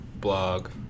blog